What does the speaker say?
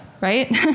right